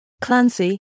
Clancy